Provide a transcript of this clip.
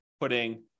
putting